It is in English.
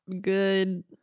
good